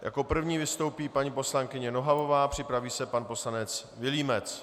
Jako první vystoupí paní poslankyně Nohavová, připraví se pan poslanec Vilímec.